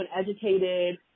educated